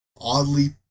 oddly